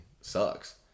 sucks